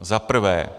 Za prvé.